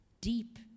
deep